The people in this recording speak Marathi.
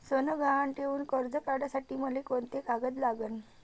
सोनं गहान ठेऊन कर्ज काढासाठी मले कोंते कागद लागन?